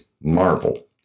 marvel